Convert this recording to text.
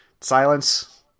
silence